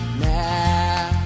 now